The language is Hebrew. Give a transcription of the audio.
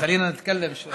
מפלגת העבודה לא רוצה לוותר).